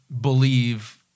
believe